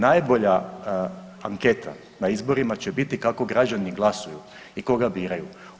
Najbolja anketa na izborima će biti kako građani glasuju i koga biraju.